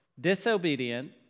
disobedient